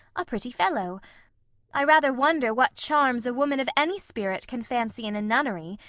a pretty fellow i rather wonder what charms a woman of any spirit can fancy in a nunnery,